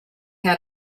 had